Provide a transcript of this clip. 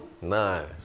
Nice